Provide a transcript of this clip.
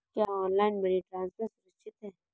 क्या online money transfer सुरक्षित है?